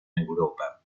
europa